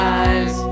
eyes